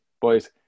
Boys